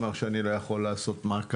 יש לנו 18 מדינות אמנה שהביטוח הלאומי חתום